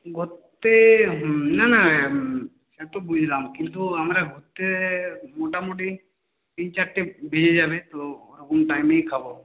ঘুরতে না না সে তো বুঝলাম কিন্তু আমরা ঘুরতে মোটামুটি তিন চারটে বেজে যাবে তো ওরকম টাইমেই খাব